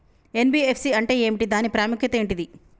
NBFC అంటే ఏమిటి దాని ప్రాముఖ్యత ఏంటిది?